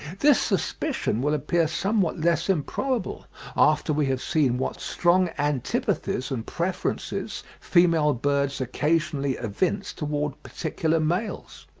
this suspicion will appear somewhat less improbable after we have seen what strong antipathies and preferences female birds occasionally evince towards particular males.